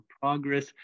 progress